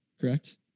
correct